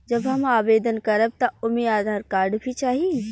जब हम आवेदन करब त ओमे आधार कार्ड भी चाही?